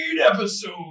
episode